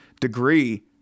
degree